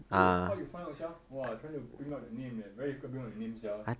eh how you find out sia !wah! trying to bring up that name very difficult to bring up that name sia